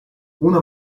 una